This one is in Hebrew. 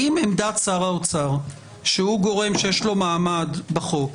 האם עמדת שר האוצר, שהוא גורם שיש לו מעמד בחוק,